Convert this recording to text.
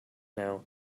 now